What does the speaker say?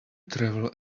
travel